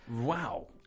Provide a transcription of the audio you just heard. Wow